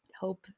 hope